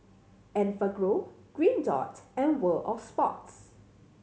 Enfagrow Green Dot and World Of Sports